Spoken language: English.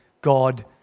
God